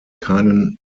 keinen